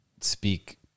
speak